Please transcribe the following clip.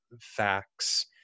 facts